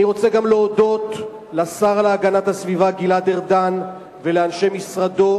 אני רוצה להודות גם לשר להגנת הסביבה גלעד ארדן ולאנשי משרדו,